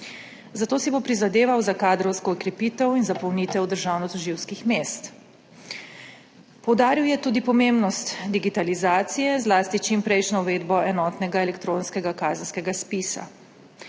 Zato si bo prizadeval za kadrovsko okrepitev in zapolnitev državnotožilskih mest. Poudaril je tudi pomembnost digitalizacije, zlasti čimprejšnjo uvedbo enotnega elektronskega kazenskega spisa.